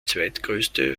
zweitgrößte